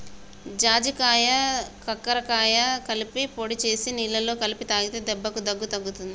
జాజికాయ కరక్కాయ కలిపి పొడి చేసి నీళ్లల్ల కలిపి తాగితే దెబ్బకు దగ్గు తగ్గుతది